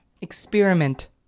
experiment